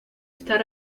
estar